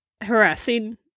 Harassing